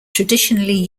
traditionally